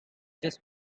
just